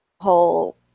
whole